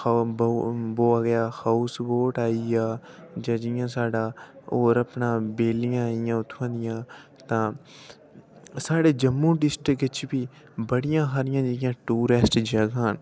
बहुत जैदा house boat आई गे जां जि'यां साढ़ा होर अपना बेल्लियां होइयां उत्थूं दियां तां साढ़े जम्मू डिस्टिक च बी बड़ियां हारियां टूरैस्ट जगहां न